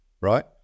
right